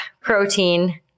protein